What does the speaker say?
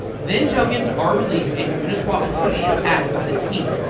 then, tokens are released and uniswap liquidity is added by the team.